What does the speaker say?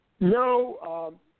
No